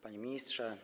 Panie Ministrze!